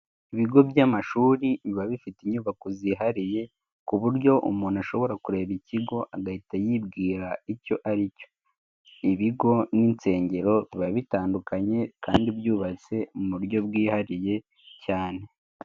Ibigo by'amashuri biba bifite inyubako zihariye ku buryo umuntu ashobora kureba ikigo agahita yibwira icyo ari cyo, ibigo n'insengero biba bitandukanye kandi byubatse mu buryo bwihariye cyane.